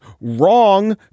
wrong